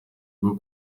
bwo